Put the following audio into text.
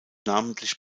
namentlich